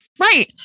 Right